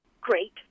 Great